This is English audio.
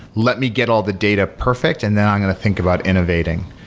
let me get all the data perfect, and then i'm going to think about innovating.